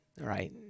right